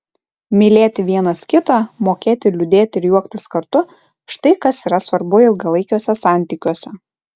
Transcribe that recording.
mylėti vienas kitą mokėti liūdėti ir juoktis kartu štai kas yra svarbu ilgalaikiuose santykiuose